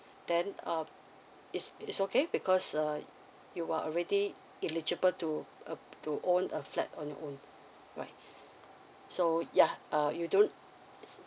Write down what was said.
then um it's it's okay because uh you were already eligible to uh to own a flat on your own right so yeah uh you don't